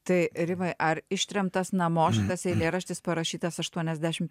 tai rimai ar ištremtas namo šitas eilėraštis parašytas aštuoniasdešim